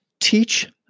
teach